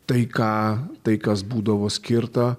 tai ką tai kas būdavo skirta